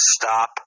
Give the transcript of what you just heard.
stop